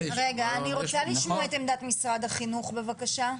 רגע, אני רוצה לשמוע את עמדת משרד החינוך בבקשה.